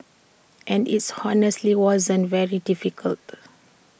and its honestly wasn't very difficult